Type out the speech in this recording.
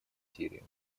сирии